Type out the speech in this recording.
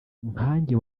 nkanjye